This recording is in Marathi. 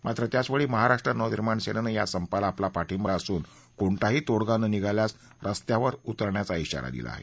मात्र त्याचवेळी महाराष्ट्र नवनिर्माण सेनेनं या संपाला आपला पाठिंबा असून आज कोणताही तोडगा न निघाल्यास रस्त्यावर उतरण्याचा इशारा दिला आहे